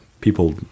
people